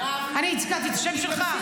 אני הזכרתי את השם שלך?